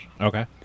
Okay